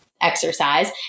exercise